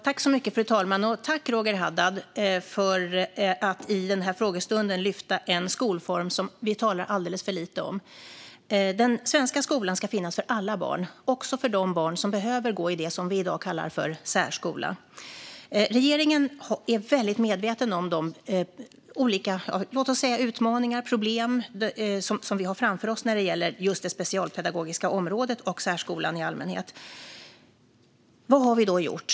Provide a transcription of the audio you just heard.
Fru talman! Tack för att du i den här frågestunden lyfter en skolform som vi talar alldeles för lite om, Roger Haddad! Den svenska skolan ska finnas för alla barn, också för de barn som behöver gå i det vi i dag kallar särskola. Regeringen är väldigt medveten om de olika låt oss säga utmaningar och problem som vi har framför oss när det gäller just det specialpedagogiska området och särskolan i allmänhet. Vad har vi då gjort?